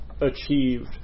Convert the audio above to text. achieved